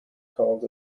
called